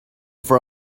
for